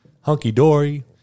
hunky-dory